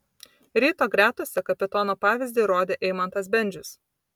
ryto gretose kapitono pavyzdį rodė eimantas bendžius